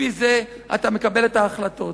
ולפי זה אתה מקבל את ההחלטות.